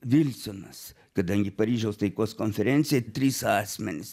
vilsonas kadangi paryžiaus taikos konferencija trys asmenys